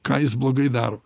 ką jis blogai daro